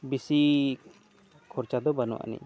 ᱵᱮᱥᱤ ᱠᱷᱚᱨᱪᱟ ᱫᱚ ᱵᱟᱹᱱᱩᱜ ᱟᱹᱱᱤᱡ